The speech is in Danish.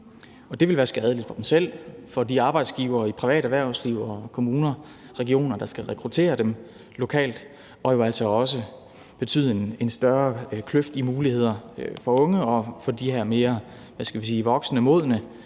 det vil være skadeligt for dem selv og for de arbejdsgivere i det private erhvervsliv og i kommuner og regioner, der skal rekruttere dem lokalt. Det vil jo altså også betyde en større kløft i forhold til mulighederne for de unge og for de her mere,